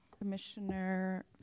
Commissioner